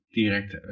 direct